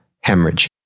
hemorrhage